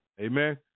Amen